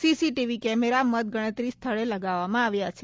CCTV camera મતગણતરી સ્થળે લગાવવામાં આવ્યા છે